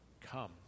Come